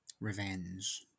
revenge